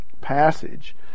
passage